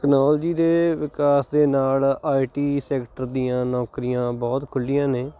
technology ਦੇ ਵਿਕਾਸ ਦੇ ਨਾਲ ਆਈ ਟੀ ਸੈਕਟਰ ਦੀਆਂ ਨੌਕਰੀਆਂ ਬਹੁਤ ਖੁੱਲੀਆਂ ਨੇ